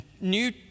New